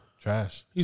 Trash